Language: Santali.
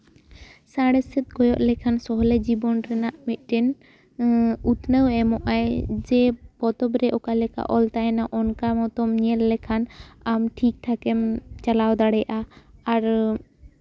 ᱥᱟᱬᱮᱥ ᱥᱮᱫ ᱠᱚᱭᱚᱜ ᱞᱮᱠᱷᱟᱱ ᱥᱚᱞᱦᱮ ᱡᱤᱵᱚᱱ ᱨᱮᱱᱟᱜ ᱢᱤᱫᱴᱮᱱ ᱩᱛᱱᱟᱹᱣ ᱮᱢᱚᱜᱼᱟᱭ ᱡᱮ ᱯᱚᱛᱚᱵ ᱨᱮ ᱚᱠᱟ ᱞᱮᱠᱟ ᱚᱞ ᱛᱟᱦᱮᱱᱟ ᱚᱱᱠᱟ ᱢᱚᱛᱚᱢ ᱧᱮᱞ ᱞᱮᱠᱷᱟᱱ ᱟᱢ ᱴᱷᱤᱠ ᱴᱷᱟᱠᱮᱢ ᱪᱟᱞᱟᱣ ᱫᱟᱲᱮᱭᱟᱜᱼᱟ ᱟᱨ